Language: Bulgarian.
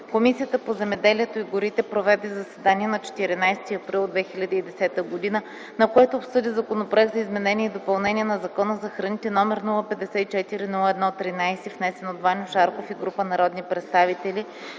Комисията по земеделието и горите проведе заседание на 14 април 2010 г., на което обсъди Законопроект за изменение и допълнение на Закона за храните, № 054-01-13, внесен от Ваньо Шарков и група народни представители